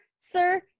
Sir